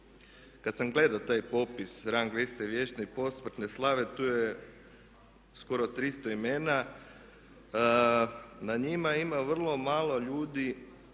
kad sam gledao taj popis rang liste vječne i posmrtne slave tu je skoro 300 imena. Na njima ima vrlo malo ljudi